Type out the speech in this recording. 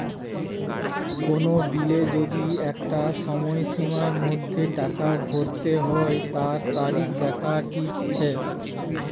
কোন বিলের যদি একটা সময়সীমার মধ্যে টাকা ভরতে হই তার তারিখ দেখাটিচ্ছে